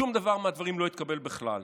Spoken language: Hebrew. שום דבר מהדברים לא התקבל בכלל.